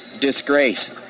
Disgrace